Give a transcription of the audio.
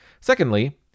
secondly